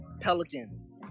Pelicans